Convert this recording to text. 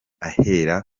ahera